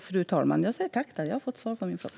Fru talman! Jag säger tack där - jag har fått svar på min fråga!